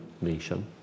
nation